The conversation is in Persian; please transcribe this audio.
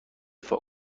دفاع